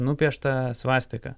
nupieštą svastiką